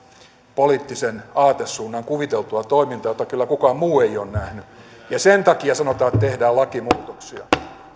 poliittisen aatesuunnan kuviteltua toimintaa jota kyllä kukaan muu ei ole nähnyt ja sen takia sanotaan että tehdään lakimuutoksia